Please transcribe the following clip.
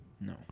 no